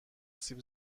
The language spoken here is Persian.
سیب